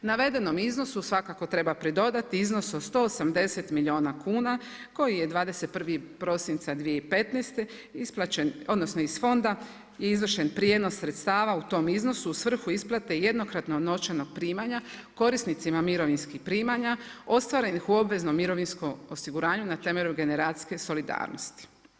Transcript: Navedenom iznosu svakako treba pridodati iznos od 180 milijuna kuna koji je 21. prosinca 2015. isplaćen odnosno iz fonda je izvršen prijenos sredstava u tom iznosu u svrhu isplate jednokratnog novčanog primanja korisnicima mirovinskih primanja ostvarenih u obveznom mirovinskom osiguranju na temelju generacijske solidarnosti.